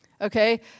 Okay